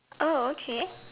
oh okay